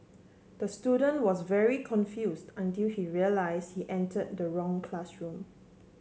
the student was very confused until he realise he enter the wrong classroom